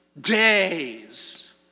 days